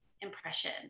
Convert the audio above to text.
impression